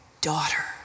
Daughter